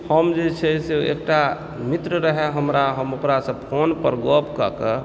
हम जे छै से एकटा मित्र रहय हमरा हम ओकरासँ फोन पर गप कएके